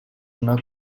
una